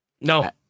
No